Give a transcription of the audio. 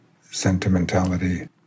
sentimentality